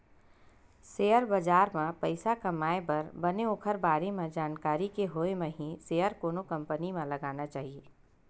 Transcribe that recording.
share बजार म पइसा कमाए बर बने ओखर बारे म जानकारी के होय म ही सेयर कोनो कंपनी म लगाना चाही